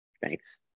Thanks